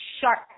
sharp